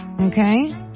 Okay